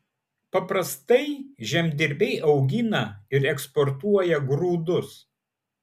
paprastai žemdirbiai augina ir eksportuoja grūdus